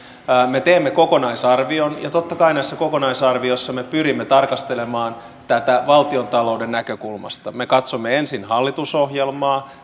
me teemme kokonaisarvion ja totta kai näissä kokonaisarvioissa me pyrimme tarkastelemaan tätä valtiontalouden näkökulmasta me katsomme ensin hallitusohjelmaa